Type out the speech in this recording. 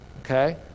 okay